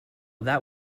that